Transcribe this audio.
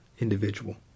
individual